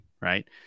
right